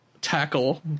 tackle